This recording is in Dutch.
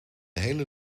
hele